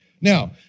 Now